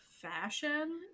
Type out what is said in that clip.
fashion